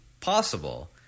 possible